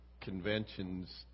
conventions